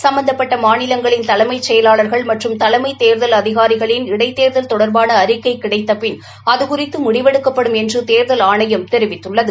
சம்பந்தப்பட்ட மாநிலங்களின் தலைமைச் செயலாளா்கள் மற்றும் தலைமை தேர்தல் அதிகாரிகளின் இடைத்தேர்தல் தொடர்பான அறிக்கை கிடைத்த பின் அது குறிதது முடிவெடுக்கப்படும் என்று தேர்தல் ஆணையம் தெரிவித்துள்ளது